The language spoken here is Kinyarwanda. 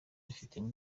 bifitemo